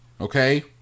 Okay